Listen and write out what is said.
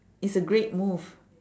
it's a great move